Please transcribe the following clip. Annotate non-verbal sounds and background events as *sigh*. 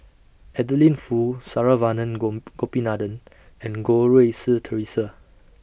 Adeline Foo Saravanan *unintelligible* Gopinathan and Goh Rui Si Theresa